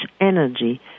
energy